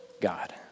God